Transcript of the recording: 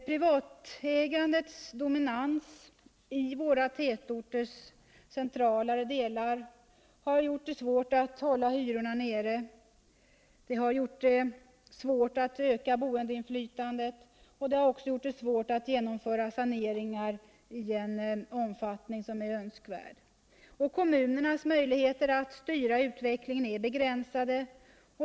Privatägandets dominans i våra tätorters centralare delar har gjort det svårt att hålla hyrorna nere, att öka boendeinflytandet och genomföra saneringar i önskvärd omfattning. Kommunernas möjligheter att styra utvecklingen är begränsade.